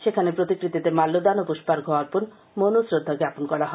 সেখানে প্রতিকৃতিতে মাল্যদান ও পুষ্পার্ঘ্য অর্পণ মৌন শ্রদ্ধা জ্ঞাপন করা হয়